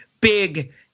big